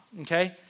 Okay